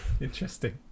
Interesting